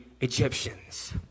Egyptians